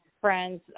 friends